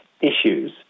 issues